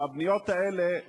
הבניות האלה,